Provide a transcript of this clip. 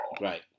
Right